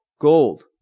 gold